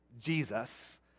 Jesus